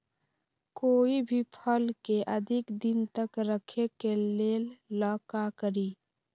कोई भी फल के अधिक दिन तक रखे के ले ल का करी?